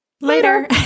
later